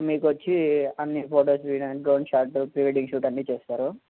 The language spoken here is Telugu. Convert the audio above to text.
మీకు వచ్చి అన్నీ ఫొటోస్ తీయడం డ్రోన్ షాటు ప్రీవెడ్డింగ్ షూట్ అన్నీ చేస్తారు